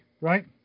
Right